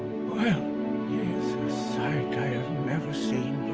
yeah sight i have never seen